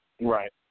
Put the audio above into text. Right